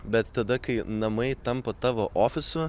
bet tada kai namai tampa tavo ofisu